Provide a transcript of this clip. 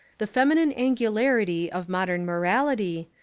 the feminine angularity of mod ern morality,